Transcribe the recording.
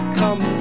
come